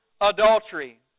adultery